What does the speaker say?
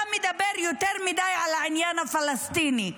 אתה מדבר יותר מדי על העניין הפלסטיני.